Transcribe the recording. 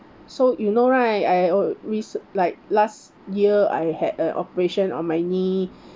so you know right I uh rec~ like last year I had a operation on my knee